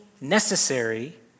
necessary